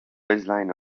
baselines